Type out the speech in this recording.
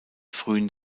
frühen